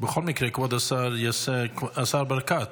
בכל מקרה, כבוד השר יעשה, השר ברקת.